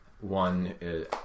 One